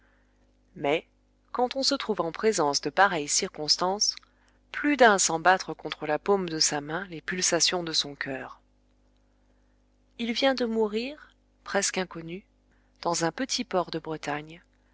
mais quand on se trouve en présence de pareilles circonstances plus d'un sent battre contre la paume de sa main les pulsations de son coeur il vient de mourir presque inconnu dans un petit port de bretagne